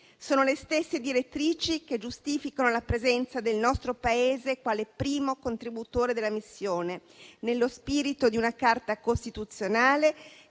Sono le stesse direttrici che giustificano la presenza del nostro Paese quale primo contributore della missione, nello spirito di una Carta costituzionale